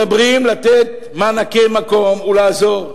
מדברים על לתת מענקי מקום ולעזור.